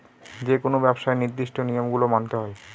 যেকোনো ব্যবসায় নির্দিষ্ট নিয়ম গুলো মানতে হয়